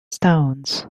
stones